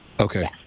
Okay